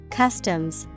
customs